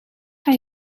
hij